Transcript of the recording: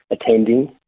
attending